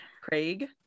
craig